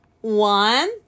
one